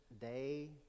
day